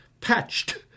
patched